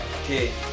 Okay